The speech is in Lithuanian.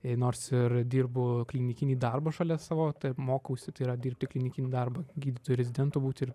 jei nors ir dirbu klinikinį darbą šalia savo mokausi tai yra dirbti klinikinį darbą gydytoju rezidentu būt ir